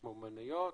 כמו מניות,